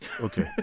Okay